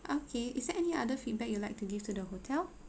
okay is there any other feedback you'd like to give to the hotel